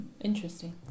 Interesting